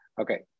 Okay